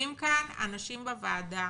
יושבים כאן אנשים בוועדה